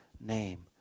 name